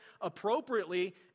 appropriately